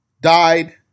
died